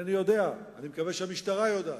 אינני יודע, אני מקווה שהמשטרה יודעת.